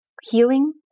healing